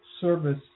service